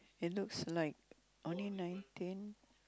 it's looks like only nineteen